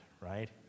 right